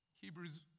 Hebrews